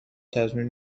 تضمین